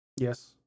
Yes